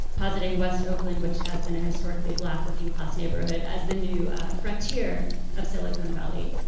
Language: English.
positing west oakland which has been a historically black working-class neighborhood as the new frontier of silicon valley.